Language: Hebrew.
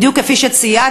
בדיוק כפי שציינת.